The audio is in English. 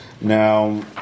Now